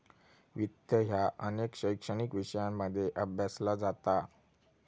वित्त ह्या अनेक शैक्षणिक विषयांमध्ये अभ्यासला जाता